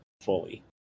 fully